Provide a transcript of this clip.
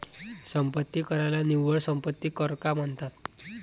संपत्ती कराला निव्वळ संपत्ती कर का म्हणतात?